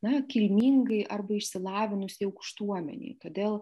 na kilmingai arba išsilavinusiai aukštuomenei todėl